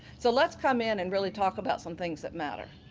so let's come in and really talk about some things that matter.